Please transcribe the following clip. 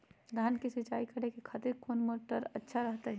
धान की सिंचाई करे खातिर कौन मोटर अच्छा रहतय?